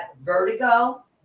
vertigo